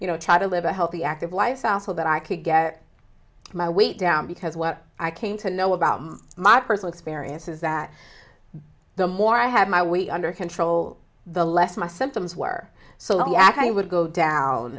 you know try to live a healthy active lifestyle so that i could get my weight down because what i came to know about my personal experience is that the more i had my weight under control the less my symptoms were so long and i would go down